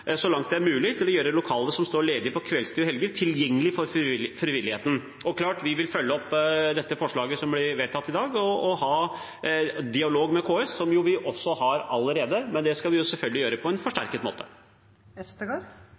så langt det er mulig, til å gjøre lokalene som står ledig på kveldstid og i helger, tilgjengelig for frivilligheten. Det er klart at vi vil følge opp dette forslaget som blir vedtatt, og ha dialog med KS, som vi jo har allerede, men det skal vi selvfølgelig gjøre på en forsterket